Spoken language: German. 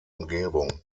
umgebung